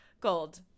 Gold